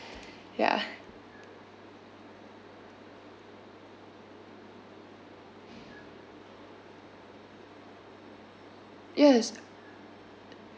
ya yes